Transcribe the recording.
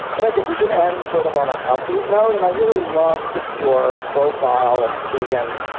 but i think we should end sort of on an upbeat note. and i really loved your profile, teagan,